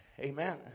amen